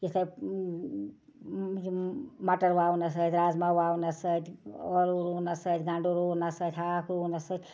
یِتھَے یِم مَٹَر وَونَس سۭتۍ رازٕما وَونَس سۭتۍ ٲلوٕ رُونَس سۭتۍ گَنٛڈٕ رُونَس سۭتۍ ہاکھ رُونَس سۭتۍ